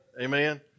amen